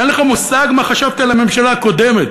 אין לך מושג מה חשבתי על הממשלה הקודמת,